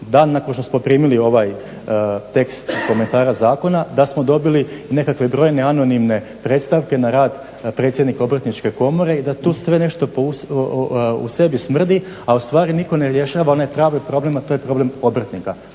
da nakon što smo primili ovaj tekst komentara zakona da smo dobili i nekakve brojne anonimne predstavke na rad predsjednika Obrtničke komore i da tu sve nešto u sebi smrdi a u stvari nitko ne rješava onaj pravi problem, a to je problem obrtnika.